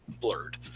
blurred